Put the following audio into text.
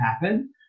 happen